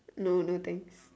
no no no